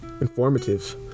informative